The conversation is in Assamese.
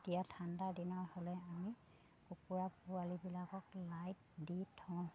এতিয়া ঠাণ্ডা দিনৰ হ'লে আমি কুকুৰা পোৱালিবিলাকক লাইট দি থওঁ